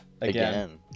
Again